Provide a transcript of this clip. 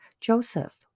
Joseph